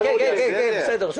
כן, כן, בסדר.